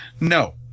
No